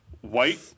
white